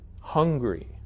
hungry